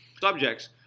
subjects